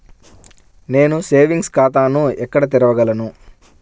నేను సేవింగ్స్ ఖాతాను ఎక్కడ తెరవగలను?